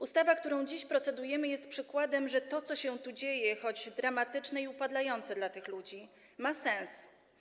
Ustawa, nad którą dziś procedujemy, jest przykładem, że to, co się tu dzieje, choć dramatyczne i upadlające dla tych ludzi, ma sens.